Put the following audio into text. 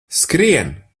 skrien